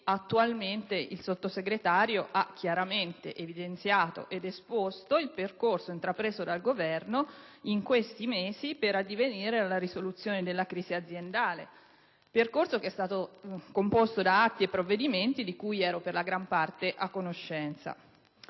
Quindi, il Sottosegretario ha chiaramente evidenziato ed esposto il percorso intrapreso dal Governo in questi mesi per addivenire alla risoluzione della crisi aziendale. Tale percorso è stato composto da atti e provvedimenti di cui ero per la gran parte a conoscenza.